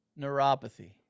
neuropathy